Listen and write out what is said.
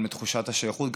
גם לתחושת השייכות,